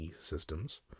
Systems